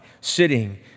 sitting